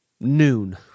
Noon